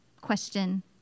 question